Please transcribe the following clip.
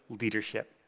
leadership